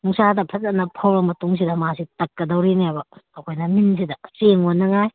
ꯅꯨꯡꯁꯥꯗ ꯐꯖꯅ ꯐꯧꯔ ꯃꯇꯨꯡꯁꯤꯗ ꯃꯥꯁꯤ ꯇꯛꯀꯗꯧꯔꯤꯅꯦꯕ ꯑꯩꯈꯣꯏꯅ ꯃꯤꯜꯁꯤꯗ ꯆꯦꯡ ꯑꯣꯟꯅꯉꯥꯏ